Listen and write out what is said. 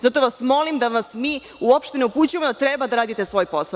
Zato vas molim da vas mi uopšte ne upućujemo da treba da radite svoj posao.